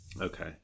Okay